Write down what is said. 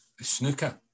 snooker